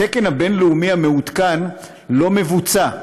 התקן הבין-לאומי המעודכן לא מבוצע,